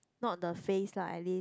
not the face lah at least